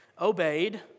obeyed